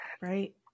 Right